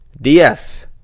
DS